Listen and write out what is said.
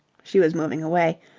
she was moving away,